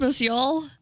y'all